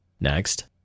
Next